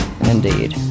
indeed